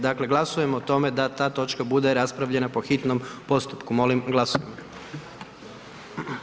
Dakle, glasujemo o tome da ta točka bude raspravljena po hitnom postupku, molim glasujmo.